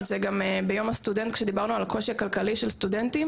גם ביום הסטודנט כשדיברנו על הקושי הכלכלי של הסטודנטים